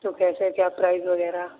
تو کیسے کیا پرائز وغیرہ